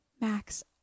Max